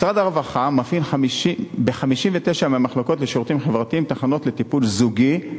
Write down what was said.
משרד הרווחה מפעיל ב-59 מהמחלקות לשירותים חברתיים תחנות לטיפול זוגי,